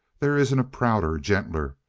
there isn't a prouder, gentler,